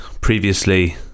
previously